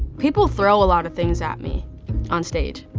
people throw a lot of things at me on stage.